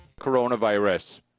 Coronavirus